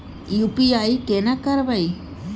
UPI केना करबे?